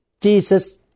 Jesus